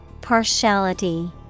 Partiality